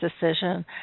decision